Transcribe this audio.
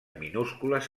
minúscules